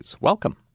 Welcome